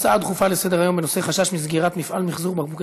הצעות דחופות לסדר-היום בנושא: חשש מסגירת מפעל מחזור בקבוקי